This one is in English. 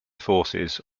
forces